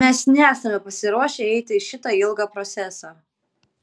mes nesame pasiruošę eiti į šitą ilgą procesą